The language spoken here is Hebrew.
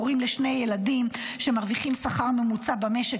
הורים לשני ילדים שמרוויחים שכר ממוצע במשק,